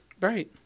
Right